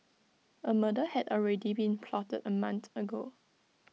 A murder had already been plotted A month ago